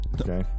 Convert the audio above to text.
Okay